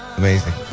amazing